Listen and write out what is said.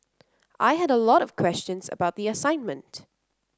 I had a lot of questions about the assignment